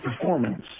performance